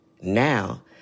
now